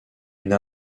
une